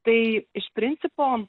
tai iš principo